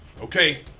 Okay